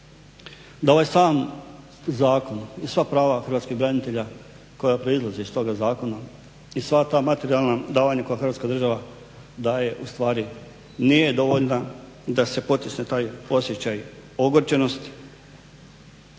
da ovaj sam zakon i sva prava hrvatskih branitelja koja proizlaze iz toga zakona i sva ta materijalna davanja koja Hrvatska država daje u stvari nije dovoljna da se potisne taj osjećaj ogorčenosti.